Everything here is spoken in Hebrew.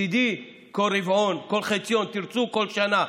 מצידי כל רבעון, כל חציון, תרצו, כל שנה.